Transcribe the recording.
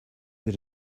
that